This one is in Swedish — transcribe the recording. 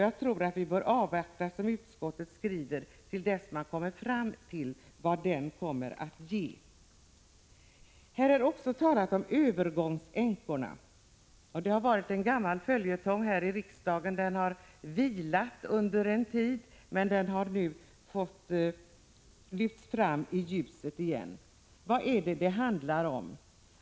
Jag tror att vi, som utskottet skriver, bör avvakta till dess resultatet av beredningen är färdigt. Här talas också om de s.k. övergångsänkorna. Det har varit en gammal följetong här i riksdagen. Den har vilat under en tid, men nu har den lyfts fram i ljuset igen. Vad handlar det då om?